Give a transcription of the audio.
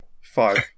Five